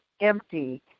empty